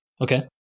Okay